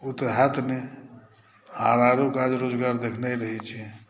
ओ तऽ होएत नहि आर आरो काज रोजगार देखनाइ रहै छै